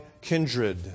kindred